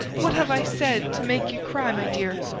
what have i said to make ye cry, my dear?